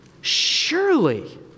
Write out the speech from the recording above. Surely